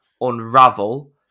unravel